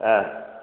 ஆ